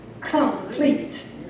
complete